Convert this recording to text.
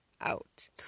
out